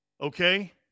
okay